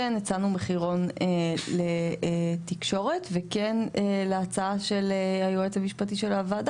כן הצענו מחירון לתקשורת וכן להצעה של היועץ המשפטי של הוועדה,